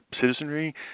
citizenry